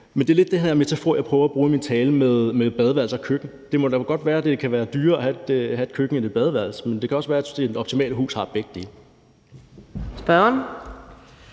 Men det er lidt den her metafor, jeg prøver at bruge i min tale, med badeværelse og køkken: Det kan jo godt være, at det er dyrere at have et køkken end et badeværelse, men det kan også være, at det optimale hus har begge dele. Kl.